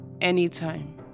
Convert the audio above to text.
anytime